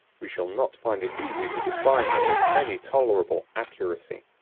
we shall not find it easy to define them with any tolerable accuracy.